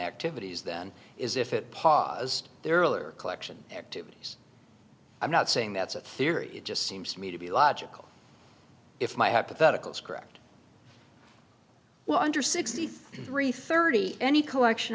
activities then is if it paused there earlier collection activities i'm not saying that's a theory it just seems to me to be logical if my hypothetical script well under sixty three thirty any collection